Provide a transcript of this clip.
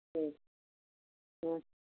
ठीक ठीक